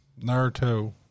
Naruto